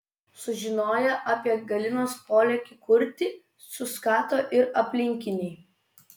sužinoję apie galinos polėkį kurti suskato ir aplinkiniai